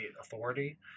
authority